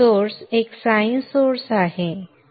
source एक sine source आहे